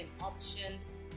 options